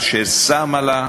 אשר שמה לה,